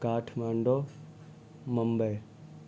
Kathmandu Mumbai